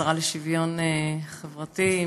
השרה לשוויון חברתי,